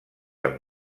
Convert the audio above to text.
amb